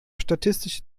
statistische